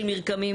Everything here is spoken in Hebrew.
רמיסה של מרקמים,